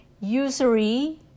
usury